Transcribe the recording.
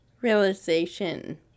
realization